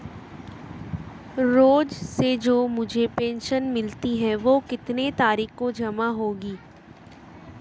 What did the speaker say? रोज़ से जो मुझे पेंशन मिलती है वह कितनी तारीख को जमा होगी?